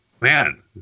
man